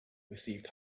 received